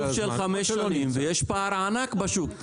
זה עיכוב של חמש שנים ויש פער ענק בשוק.